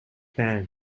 band